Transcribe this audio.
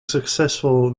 successful